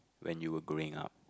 when you were growing up